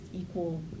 equal